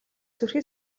сүрхий